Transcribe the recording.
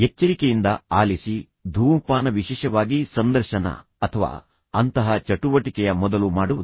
ಎಚ್ಚರಿಕೆಯಿಂದ ಆಲಿಸಿ ಧೂಮಪಾನ ವಿಶೇಷವಾಗಿ ಸಂದರ್ಶನ ಅಥವಾ ಅಂತಹ ಚಟುವಟಿಕೆಯ ಮೊದಲು ಮಾಡುವುದು